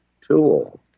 tool